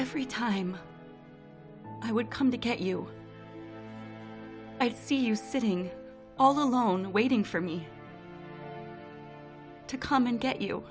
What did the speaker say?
every time i would come to get you i see you sitting all alone waiting for me to come and get you